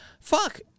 Fuck